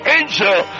angel